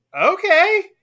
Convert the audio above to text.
okay